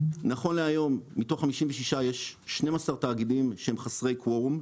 נכון להיום מתוך 56 יש 12 תאגידים שהם חסרי קוורום,